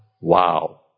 Wow